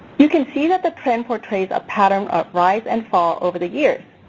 you can see that the trend portrays a pattern of rise and fall over the years.